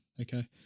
Okay